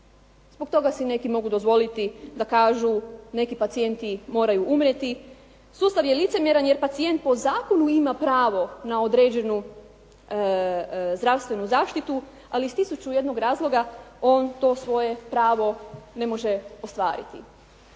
zbog toga si neki mogu dozvoliti da kažu neki pacijenti moraju umrijeti. Sustava je licemjeran jer pacijent po zakonu ima pravo na određenu zdravstvenu zaštitu, ali iz tisuću i jednog razloga on to svoje pravo ne može ostvariti.